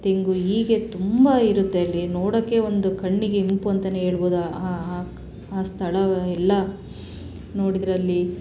ತೆಂಗು ಹೀಗೆ ತುಂಬ ಇರುತ್ತೆ ಅಲ್ಲಿ ನೋಡೋಕ್ಕೆ ಒಂದು ಕಣ್ಣಿಗೆ ಇಂಪು ಅಂತನೇ ಹೇಳ್ಬೋದು ಆ ಆ ಕ್ ಆ ಸ್ಥಳ ಎಲ್ಲ ನೋಡಿದರೆ ಅಲ್ಲಿ